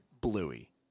Bluey